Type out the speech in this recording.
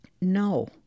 no